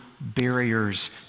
barriers